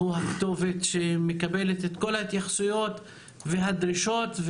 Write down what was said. הוא הכתובת שמקבלת את כל ההתייחסויות והדרישות.